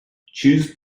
choose